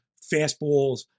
fastballs